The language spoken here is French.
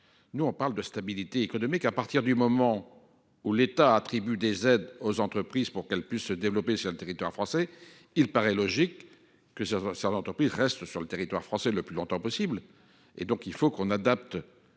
nous parlons de stabilité économique ! Dès lors que l’État attribue des aides aux entreprises pour qu’elles puissent se développer sur le territoire français, il paraît logique que ces entreprises restent sur le territoire français le plus longtemps possible. Il faut donc que